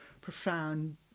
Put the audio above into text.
profound